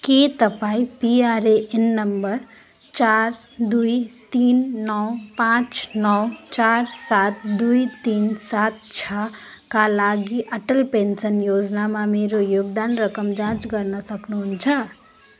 के तपाईँँ PRAN number चार दुई तिन नौ पाँच नौ चार सात दुई तिन सात छका लागि अटल पेन्सन योजनामा मेरो योगदान रकम जाँच गर्न सक्नु हुन्छ